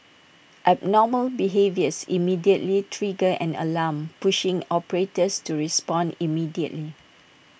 abnormal behaviours immediately trigger an alarm pushing operators to respond immediately